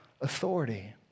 authority